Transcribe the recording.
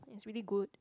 it's really good